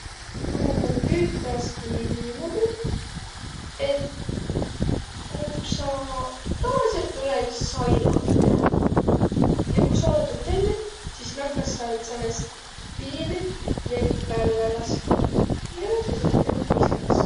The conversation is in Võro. Tuu tüütäski niimuudu, et ku sa… Tavaliselt tulõ iks sainaga ühendäq. Ja ku sa olõt tuud tennüq, sis nakkas säält säänest piinüt vett vällä laskma ja sis lättki õhk niiskembas.